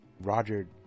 Roger